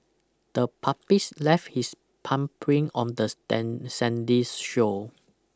the puppies left his palm print on this dan sandy shore